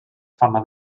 fama